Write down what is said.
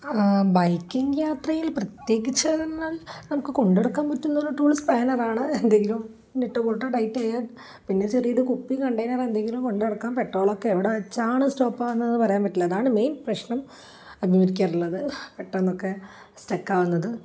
biking യാത്രയിൽ പ്രത്യേകിച്ച് നമുക്കു കൊണ്ടെടുക്കാൻ പറ്റുന്നൊരു ടൂൾ സ്പാനറാണ് എന്തെങ്കിലും നട്ടോ ബോള്ട്ടോ ടൈറ്റെയ്യാന് പിന്നെ ചെറിയൊരു കുപ്പി കണ്ടെയ്നർ എന്തെങ്കിലും കൊണ്ടുനടക്കാം പെട്രോളൊക്കെ എവിടെ വച്ചാണ് സ്റ്റോപ്പാവുന്നതെന്നു പറയാൻ പറ്റില്ല അതാണ് മെയിൻ പ്രശ്നം അഭിമുഖീകരിക്കാറുള്ളത് പെട്ടെന്നൊക്കെ സ്റ്റക്കാവുന്നത്